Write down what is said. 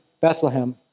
Bethlehem